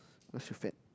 cause you're fat